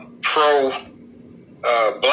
pro-black